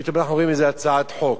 פתאום אנחנו רואים איזו הצעת חוק.